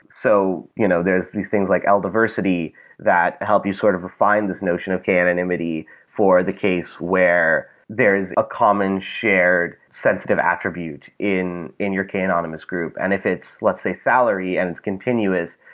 so you know there are these things like l-diversity that help you sort of refine this notion of k-anonymity for the case where there is a common shared sensitive attribute in in your k-anonymous group. and if it's, let's say, salary and it's continuous,